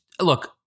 Look